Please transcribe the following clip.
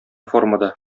формада